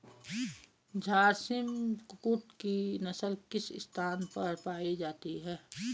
झारसिम कुक्कुट की नस्ल किस स्थान पर पाई जाती है?